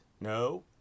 No